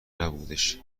نبودش